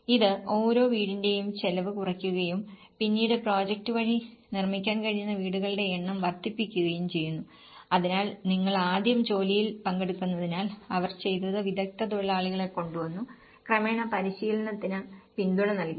ഇത് ഓരോ വീടിന്റെയും ചെലവ് കുറയ്ക്കുകയും പിന്നീട് പ്രോജക്റ്റ് വഴി നിർമ്മിക്കാൻ കഴിയുന്ന വീടുകളുടെ എണ്ണം വർദ്ധിപ്പിക്കുകയും ചെയ്യുന്നു അതിനാൽ നിങ്ങൾ ആദ്യം ജോലിയിൽ പങ്കെടുക്കുന്നതിനാൽ അവർ ചെയ്തത് വിദഗ്ധ തൊഴിലാളികളെ കൊണ്ടുവന്നു ക്രമേണ പരിശീലനത്തിന് പിന്തുണ നൽകി